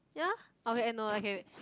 ya okay eh no okay wait